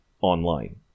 online